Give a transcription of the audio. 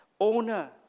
owner